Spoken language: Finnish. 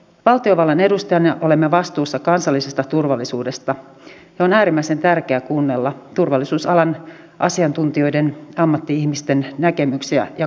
valtiovallan edustajina olemme vastuussa kansallisesta suomi astuu kyllä tässä tämmöiseen kansainväliseen aikaan kuntarakenteen osalta minun mielestäni